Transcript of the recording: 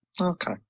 Okay